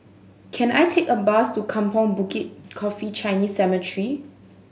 can I take a bus to Kampong Bukit Coffee Chinese Cemetery